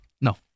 no